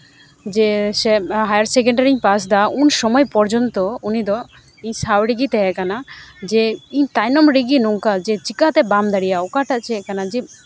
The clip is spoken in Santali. ᱡᱮ ᱥᱮ ᱦᱟᱭᱟᱨ ᱥᱮᱠᱮᱱᱰᱨᱟᱨᱤᱧ ᱯᱟᱥᱫᱟ ᱩᱱ ᱥᱚᱢᱚᱭ ᱯᱚᱨᱡᱚᱱᱛᱚ ᱩᱱᱤ ᱫᱚ ᱤᱧ ᱥᱟᱶ ᱨᱮᱜᱮᱭ ᱛᱟᱦᱮᱸᱠᱟᱱᱟ ᱡᱮ ᱤᱧ ᱛᱟᱭᱱᱚᱢ ᱨᱮᱜᱮ ᱱᱚᱝᱠᱟ ᱪᱮᱠᱟᱛᱮ ᱵᱟᱢ ᱫᱟᱲᱮᱭᱟᱜᱼᱟ ᱚᱠᱟᱴᱟᱜ ᱪᱮᱫ ᱠᱟᱱᱟ